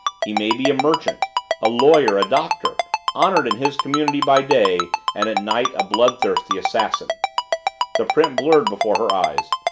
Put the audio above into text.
he may be a merchant a lawyer a doctor honored in his community by day and at night a bloodthirsty assassin the print blurred before her eyes,